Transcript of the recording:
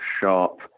sharp